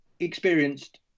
Experienced